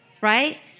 Right